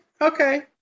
Okay